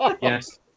Yes